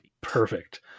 Perfect